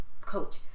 coach